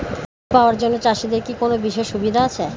Loan পাওয়ার জন্য চাষিদের কি কোনো বিশেষ সুবিধা আছে?